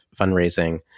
fundraising